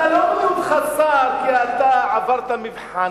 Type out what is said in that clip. אתה, לא מינו אותך שר כי עברת מבחנים.